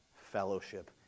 fellowship